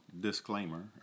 disclaimer